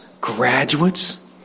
graduates